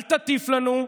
אל תטיף לנו,